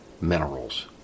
minerals